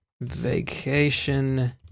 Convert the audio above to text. vacation